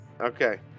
Okay